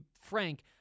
frank